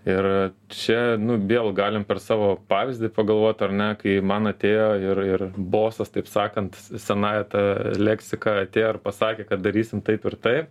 ir čia nu vėl galim per savo pavyzdį pagalvot ar ne kai man atėjo ir ir bosas taip sakant senąja ta leksika atėjo ir pasakė kad darysim taip ir taip